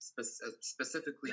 specifically